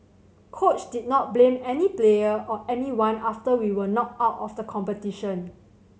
coach did not blame any player or anyone after we were knocked out of the competition